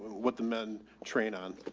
what the men train on